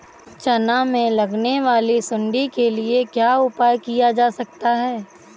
चना में लगने वाली सुंडी के लिए क्या उपाय किया जा सकता है?